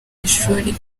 ishuri